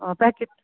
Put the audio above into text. अँ प्याकेट